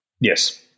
yes